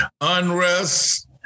unrest